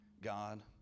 God